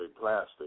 plastic